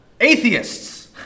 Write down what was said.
Atheists